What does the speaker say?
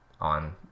on